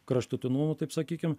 kraštutinumų taip sakykim